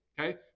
okay